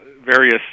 various